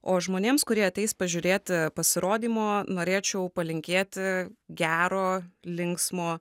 o žmonėms kurie ateis pažiūrėti pasirodymo norėčiau palinkėti gero linksmo